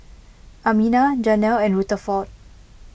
Amina Janell and Rutherford